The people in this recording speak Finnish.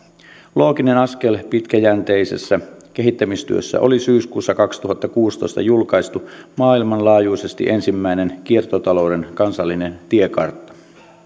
looginen askel pitkäjänteisessä kehittämistyössä oli syyskuussa kaksituhattakuusitoista julkaistu maailmanlaajuisesti ensimmäinen kiertotalouden kansallinen tiekartta